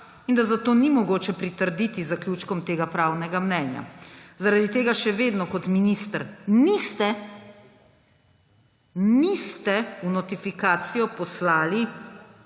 in da zato ni mogoče pritrditi zaključkom tega pravnega mnenja. Zaradi tega še vedno kot minister niste v notifikacijo poslali